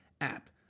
app